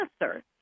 answer